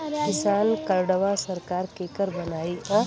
किसान कार्डवा सरकार केकर बनाई?